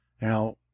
Now